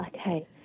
okay